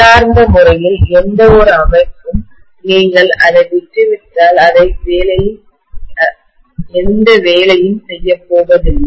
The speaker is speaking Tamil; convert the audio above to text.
உள்ளார்ந்த முறையில் எந்தவொரு அமைப்பும் நீங்கள் அதை விட்டுவிட்டால் எந்த வேலையும் செய்யப்போவதில்லை